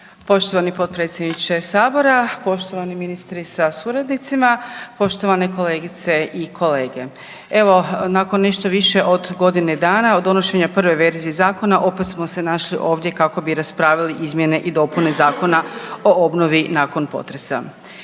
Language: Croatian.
Poštovani potpredsjedniče sabora, poštovani ministri sa suradnicima, poštovane kolegice i kolege. Evo nakon nešto više od godine dana od donošenja prve verzije zakona opet smo se našli ovdje kako bi raspravili izmjene i dopune Zakona o obnovi nakon potresa.